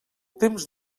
temps